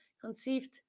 conceived